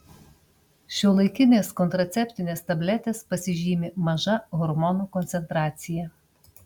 šiuolaikinės kontraceptinės tabletės pasižymi maža hormonų koncentracija